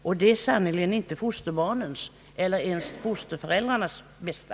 Och det är sannerligen inte fosterbarnens eller ens fosterföräldrarnas bästa.